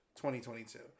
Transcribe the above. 2022